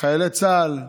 חיילי צה"ל,